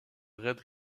red